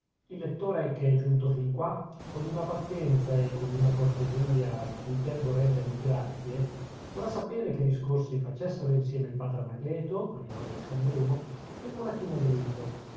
il lettore che è giunto fin qua con una pazienza e con una cortesia di cui debbo rendergli grazie vorrà sapere che discorsi facessero insieme il padre anacleto priore di san bruno e il monachino adelindo